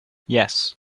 yes